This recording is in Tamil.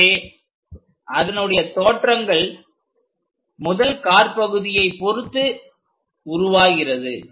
எனவே அதனுடைய தோற்றங்கள் முதல் காற்பகுதியை பொருத்து உருவாகிறது